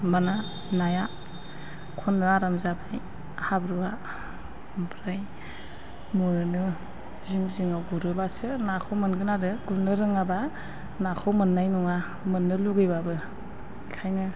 होमबाना नाया खननो आराम जाबाय हाब्रुआ ओमफ्राय मोनो जिं जिङाव गुरोब्लासो नाखौ मोनगोन आरो गुरनो रोङाब्ला नाखौ मोननाय नङा मोननो लुगैब्लाबो बेखायनो